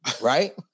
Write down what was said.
right